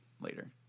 later